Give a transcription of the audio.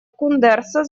кундерса